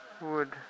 wood